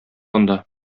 анда